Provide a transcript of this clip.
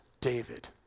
David